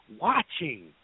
watching